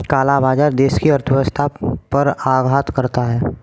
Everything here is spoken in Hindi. काला बाजार देश की अर्थव्यवस्था पर आघात करता है